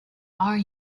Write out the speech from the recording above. are